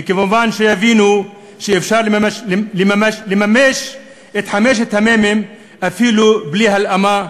וכמובן שיבינו שאפשר לממש את חמשת המ"מים אפילו בלי הלאמה,